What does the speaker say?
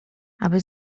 aby